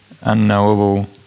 unknowable